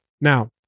now